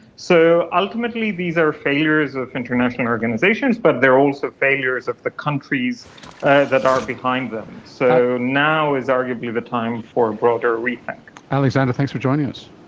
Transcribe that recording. so ultimately these are failures of international organisations but they are also failures of the countries ah that are behind them. so now is arguably the time for a broader rethink. alexander, thanks for joining us.